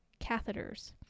catheters